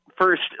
First